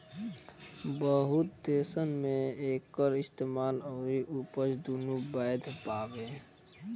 बहुत देसन मे एकर इस्तेमाल अउरी उपज दुनो बैध बावे